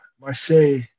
Marseille